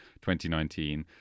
2019